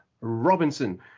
Robinson